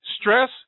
stress